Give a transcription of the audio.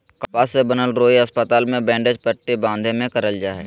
कपास से बनल रुई अस्पताल मे बैंडेज पट्टी बाँधे मे करल जा हय